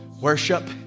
worship